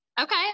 okay